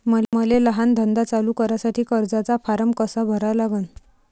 मले लहान धंदा चालू करासाठी कर्जाचा फारम कसा भरा लागन?